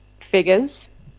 figures